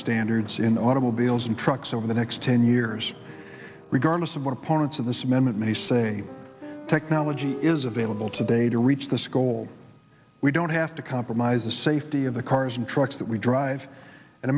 standards in automobiles and trucks over the next ten years regardless of what opponents of this amendment may say technology is available today to reach this goal we don't have to compromise the safety of the cars and trucks that we drive